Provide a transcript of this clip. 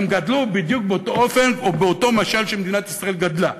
הם גדלו בדיוק באותו אופן ובאותו משל שמדינת ישראל גדלה.